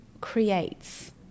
creates